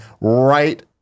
right